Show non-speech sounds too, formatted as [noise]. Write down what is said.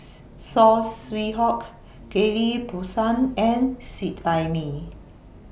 [noise] Saw Swee Hock Ghillie BaSan and Seet Ai Mee